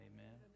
Amen